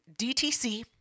DTC